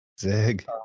Zig